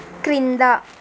క్రింద